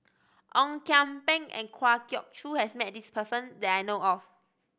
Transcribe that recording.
Ong Kian Peng and Kwa Geok Choo has met this person that I know of